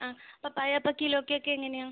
അ പപ്പായ അപ്പോൾ കിലോക്ക് ഒക്കെ എങ്ങനെയാ